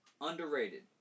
underrated